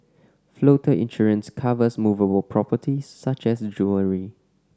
floater insurance covers movable properties such as jewellery